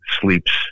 sleeps